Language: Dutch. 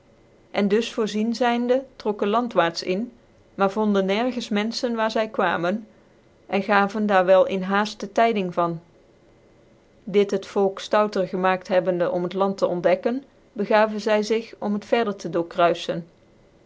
cn dus voorzien zymk trokken landwaarts in maar vonden nergens menfchen waar zy kwamen cn gaven daar wel in haalt dc tyding van dit het volk louter gemaakt hebbende om hit land te ontdekken begaven zy zig om het verder te doorkruyien